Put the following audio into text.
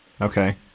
Okay